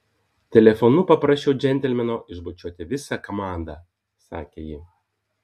telefonu paprašiau džentelmeno išbučiuoti visą komandą sakė ji